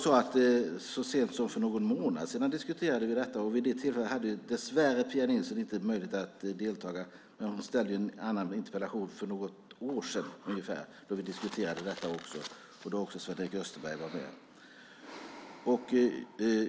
Så sent som för någon månad sedan diskuterade vi detta. Vid det tillfället hade Pia Nilsson dessvärre inte möjlighet att delta, men hon ställde en annan interpellation för något år sedan när vi diskuterade detta, och då var även Sven-Erik Österberg med.